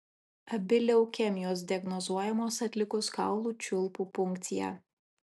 abi leukemijos diagnozuojamos atlikus kaulų čiulpų punkciją